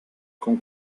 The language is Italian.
con